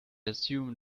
assume